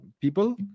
people